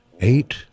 Eight